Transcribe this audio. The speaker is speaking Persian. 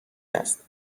است